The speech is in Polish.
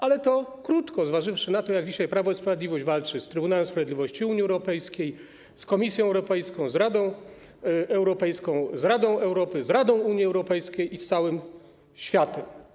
Ale to krótko, zważywszy na to, jak dzisiaj Prawo i Sprawiedliwość walczy z Trybunałem Sprawiedliwości Unii Europejskiej, z Komisją Europejską, z Radą Europejską, z Radą Europy, z Radą Unii Europejskiej i z całym światem.